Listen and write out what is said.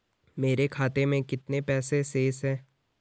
मेरे खाते में कितने पैसे शेष हैं?